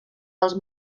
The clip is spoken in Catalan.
dels